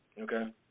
Okay